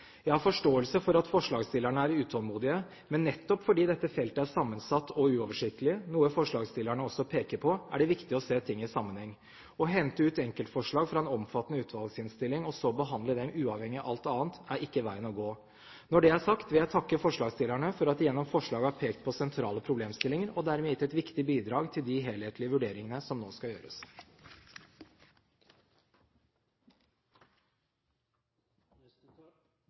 Jeg har forståelse for at forslagsstillerne er utålmodige, men nettopp fordi dette feltet er sammensatt og uoversiktlig, noe forslagsstillerne også peker på, er det viktig å se ting i sammenheng. Å hente ut enkeltforslag fra en omfattende utvalgsinnstilling og så behandle dem uavhengig av alt annet, er ikke veien å gå. Når det er sagt, vil jeg takke forslagsstillerne for at de gjennom forslaget har pekt på sentrale problemstillinger og dermed gitt et viktig bidrag til de helhetlige vurderingene som nå skal gjøres.